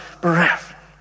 breath